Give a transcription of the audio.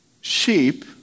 Sheep